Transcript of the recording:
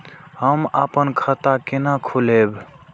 हम आपन खाता केना खोलेबे?